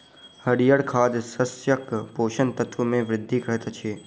हरीयर खाद शस्यक पोषक तत्व मे वृद्धि करैत अछि